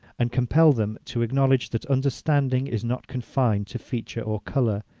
and compel them to acknowledge, that understanding is not confined to feature or colour.